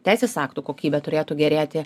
teisės aktų kokybė turėtų gerėti